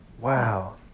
Wow